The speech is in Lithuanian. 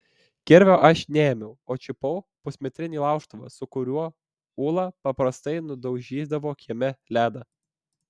kirvio aš neėmiau o čiupau pusmetrinį laužtuvą su kuriuo ula paprastai nudaužydavo kieme ledą